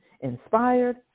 Inspired